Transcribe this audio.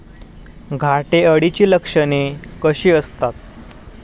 घाटे अळीची लक्षणे कशी असतात?